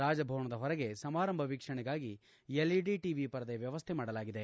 ರಾಜಭವನದ ಹೊರಗೆ ಸಮಾರಂಭ ವೀಕ್ಷಣೆಗಾಗಿ ಎಲ್ಇಡಿ ಟವಿ ಪರದೆ ವ್ಯವಸ್ಥೆ ಮಾಡಲಾಗಿದೆ